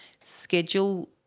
schedule